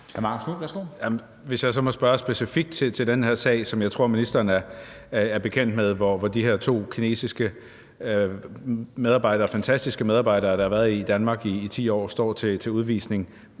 Hvis jeg så må spørge specifikt til den her sag, som jeg tror ministeren er bekendt med, hvor de her to kinesiske medarbejdere – fantastiske medarbejdere, der har været i Danmark i 10 år – står til udvisning,